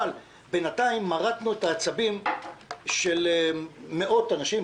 אבל בינתיים מרטנו את העצבים של מאות אנשים,